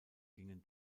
gingen